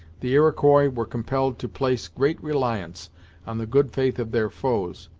the iroquois were compelled to place great reliance on the good faith of their foes,